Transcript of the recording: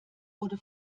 wurde